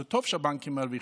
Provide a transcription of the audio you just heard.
זה טוב שהבנקים מרוויחים,